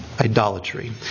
idolatry